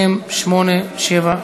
מ/867.